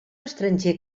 estranger